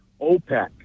OPEC